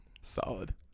Solid